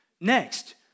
Next